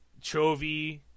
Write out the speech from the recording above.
Chovy